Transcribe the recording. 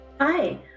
Hi